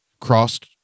crossed